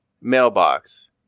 mailbox